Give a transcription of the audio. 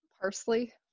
Parsley